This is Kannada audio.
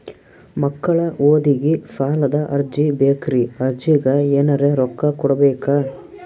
ಮಕ್ಕಳ ಓದಿಗಿ ಸಾಲದ ಅರ್ಜಿ ಬೇಕ್ರಿ ಅರ್ಜಿಗ ಎನರೆ ರೊಕ್ಕ ಕೊಡಬೇಕಾ?